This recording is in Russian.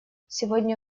сегодня